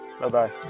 bye-bye